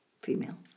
female